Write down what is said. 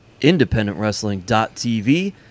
IndependentWrestling.tv